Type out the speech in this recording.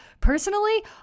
Personally